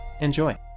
enjoy